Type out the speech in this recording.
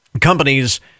companies